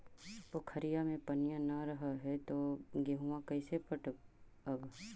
पोखरिया मे पनिया न रह है तो गेहुमा कैसे पटअब हो?